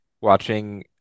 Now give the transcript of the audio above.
watching